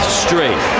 straight